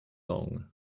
long